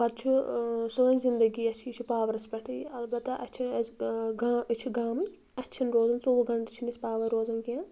پَتہٕ چھُ سٲنۍ زندگی یۄس چھِ یہِ چھِ پاورَس پٮ۪ٹھٕے اَلبَتہ اَسہِ چھےٚ أسۍ گا أسۍ چھِ گامٕکۍ اَسہِ چھِنہٕ روزان ژوٚوُہ گَنٹہٕ چھِنہٕ اَسہِ پاوَر روزان کیٚنٛہہ